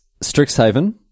Strixhaven